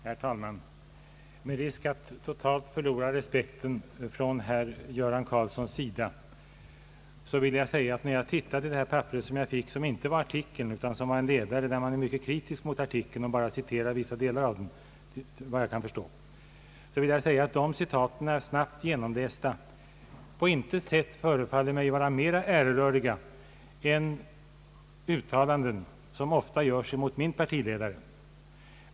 Herr talman! Med risk för att totalt förlora herr Göran Karlssons respekt vill jag säga att jag, när jag såg på det papper som jag nyss fick i min hand — och som inte var artikeln utan en ledare där man var mycket kritisk mot artikeln och bara citerade vissa delar av den, vad jag kan förstå — kan konstatera att dessa citat vid en snabb genomläsning på intet sätt förefaller mig vara mer äreröriga än uttalanden som ofta görs mot min partiledare.